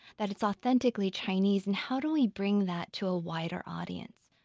that is authentically chinese, and how do we bring that to a wider audience?